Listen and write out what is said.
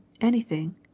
anything